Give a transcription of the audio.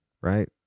right